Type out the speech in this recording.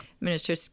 Minister